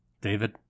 David